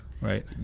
Right